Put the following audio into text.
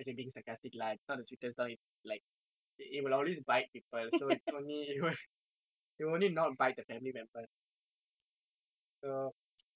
okay being sarcastic lah it's not the sweetest dog it's like it will always bite people so it's only it will only not bite the family members so